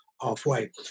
halfway